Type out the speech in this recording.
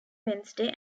wednesday